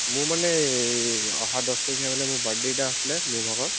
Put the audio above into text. মোৰ মানে এই অহা দহ তাৰিখে মানে মোৰ বাৰ্থডে' এটা আছিলে মোৰ ভাগৰ